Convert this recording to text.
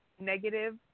negative